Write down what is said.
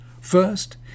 First